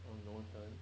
on notion